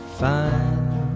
fine